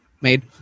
made